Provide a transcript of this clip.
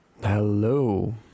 hello